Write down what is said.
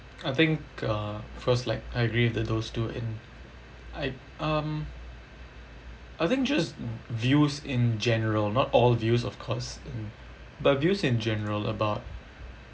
I think uh first like I agree with the those two in I um I think just views in general not all views of course but views in general about